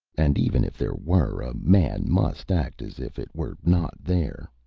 and even if there were, a man must act as if it were not there.